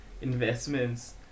investments